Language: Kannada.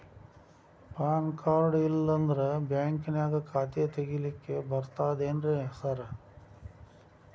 ಪಾನ್ ಕಾರ್ಡ್ ಇಲ್ಲಂದ್ರ ಬ್ಯಾಂಕಿನ್ಯಾಗ ಖಾತೆ ತೆಗೆಲಿಕ್ಕಿ ಬರ್ತಾದೇನ್ರಿ ಸಾರ್?